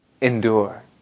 Endure